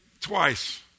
twice